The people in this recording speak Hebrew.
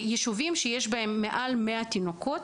אנחנו משתדלים לפתוח תחנת טיפת חלב ביישובים שיש בהם מעל 100 תינוקות.